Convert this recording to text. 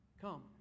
come